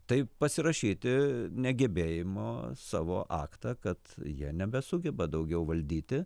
tai pasirašyti negebėjimo savo aktą kad jie nebesugeba daugiau valdyti